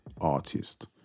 artist